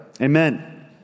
Amen